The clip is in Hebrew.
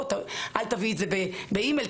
לא אל תביאי את זה באי מייל,